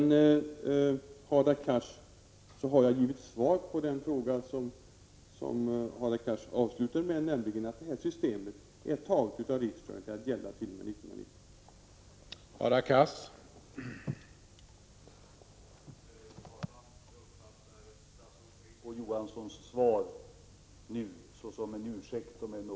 När det sedan gäller den fråga som Hadar Cars avslutade sitt inlägg med, så har jag redan svarat på den, nämligen att det här systemet är antaget av riksdagen att gälla t.o.m. år 1990.